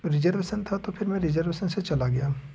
reservation था तो फिर मैं रिजर्वेशन से चला गया